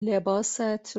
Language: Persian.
لباست